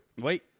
Wait